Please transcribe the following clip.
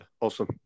Awesome